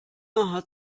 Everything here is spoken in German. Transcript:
hat